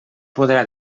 podrà